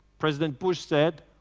president bush said,